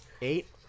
Eight